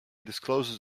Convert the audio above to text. discloses